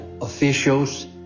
officials